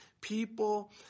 people